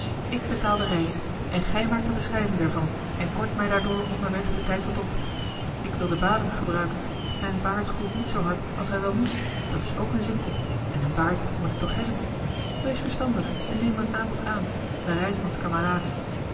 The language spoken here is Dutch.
ik betaal de reis en gij maakt de beschrijving daarvan en kort mij daardoor onderweg den tijd wat op ik wil de baden gebruiken mijn baard groeit niet zoo hard als hij wel moest dat is ook een ziekte en een baard moet ik toch hebben wees verstandig en neem mijn aanbod aan wij reizen als kameraden